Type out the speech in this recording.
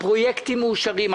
גם הפרויקטים מאושרים.